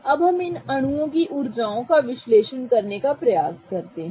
अब हम इन अणुओं की ऊर्जाओं का विश्लेषण करने का प्रयास करते हैं